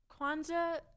Kwanzaa